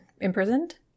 imprisoned